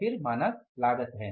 फिर मानक लागत है